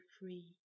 free